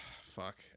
fuck